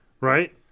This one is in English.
right